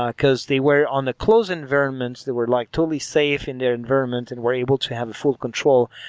because they were on the close environments, that were like totally safe in their environment and we're able to have full control.